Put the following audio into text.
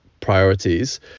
priorities